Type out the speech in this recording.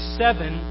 seven